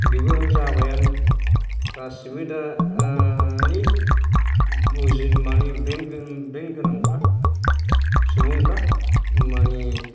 बेबो जाबायानो गासिबो दा मानि बुजि माने ब्रेन गोनांफ्रा सुबुंफ्रा माने